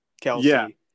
Kelsey